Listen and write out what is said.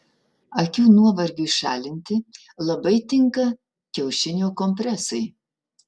akių nuovargiui šalinti labai tinka kiaušinio kompresai